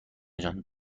جان